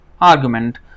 argument